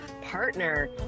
partner